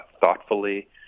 thoughtfully